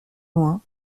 loin